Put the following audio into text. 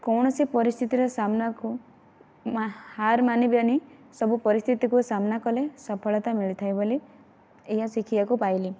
କୌଣସି ପରିସ୍ଥିତିରେ ସାମ୍ନାକୁ ହାର୍ ମାନିବେନି ସବୁ ପରିସ୍ଥିତିକୁ ସାମ୍ନା କଲେ ସଫଳତା ମିଳିଥାଏ ବୋଲି ଏଇଆ ଶିଖିବାକୁ ପାଇଲି